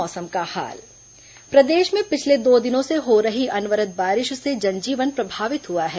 मौसम प्रदेश में पिछले दो दिनों से हो रही अनवरत बारिश से जनजीवन प्रभावित हुआ है